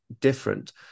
different